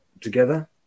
together